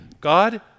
God